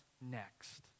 next